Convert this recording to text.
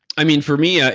i mean, for me, yeah